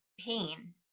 pain